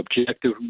objective